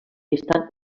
estan